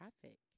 traffic